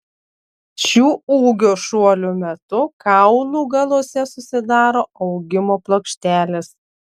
šių ūgio šuolių metu kaulų galuose susidaro augimo plokštelės